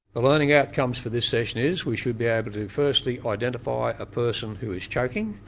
the learning outcomes for this session is we should be able to firstly identify a person who is choking,